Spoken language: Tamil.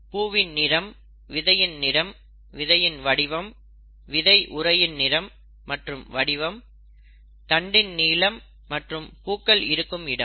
பூவின் நிறம் விதையின் நிறம் விதையின் வடிவம் விதை உறையின் நிறம் மற்றும் வடிவம் தண்டின் நீளம் மற்றும் பூக்கள் இருக்கும் இடம்